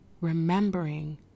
remembering